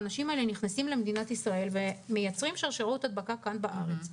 האנשים האלה נכנסים למדינת ישראל ומייצרים שרשראות הדבקה כאן בארץ.